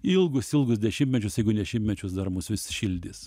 ilgus ilgus dešimtmečius jeigu šimtmečius dar mus vis šildys